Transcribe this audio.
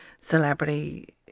celebrity